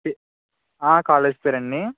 pay college పేరా అండి